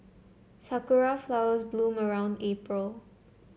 sakura flowers bloom around April